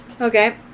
Okay